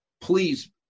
Please